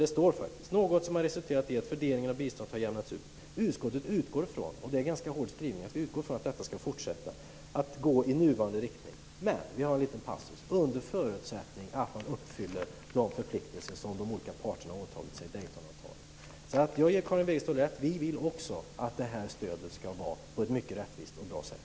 Det står så här: Det är något som har resulterat i att fördelningen av biståndet har jämnats ut. Utskottet utgår ifrån - och det är en ganska hård skrivning - att detta ska fortsätta att gå i nuvarande riktning. Men vi har också en liten passus som lyder: Under förutsättning att man uppfyller de förpliktelser som de olika parterna har åtagit sig i Daytonavtalet. Jag ger alltså Karin Wegestål rätt. Vi vill också att detta stöd ska ges på ett rättvist och bra sätt.